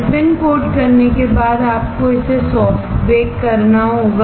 spin coat करने के बाद आपको इसे सॉफ्ट बेक करना होगा